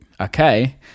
okay